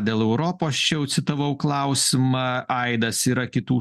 dėl europos čia jau citavau klausimą aidas yra kitų